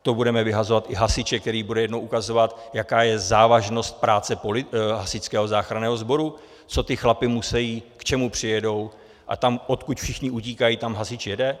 To budeme vyhazovat i hasiče, který bude jednou ukazovat, jaká je závažnost práce hasičského záchranného sboru, co ti chlapi musejí, k čemu přijedou, a odkud všichni utíkají, tam hasič jede?